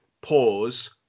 pause